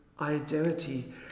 identity